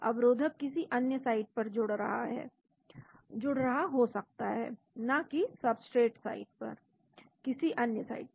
अवरोधक किसी अन्य साइट पर जुड़ रहा हो सकता है न कि सब्सट्रेट साइट किसी अन्य साइट पर